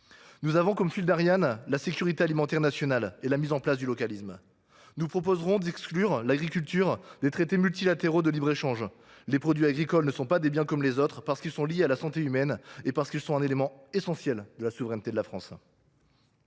Nous avons pour fil d’Ariane la sécurité alimentaire nationale et la mise en place du localisme. C’est pourquoi nous proposerons d’exclure l’agriculture des traités multilatéraux de libre échange. Les produits agricoles ne sont pas des biens comme les autres, parce qu’ils sont liés à la santé humaine et qu’ils sont un élément essentiel de la souveraineté de la France.